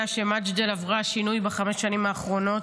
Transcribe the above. שמג'דל עברה שינוי בחמש השנים האחרונות,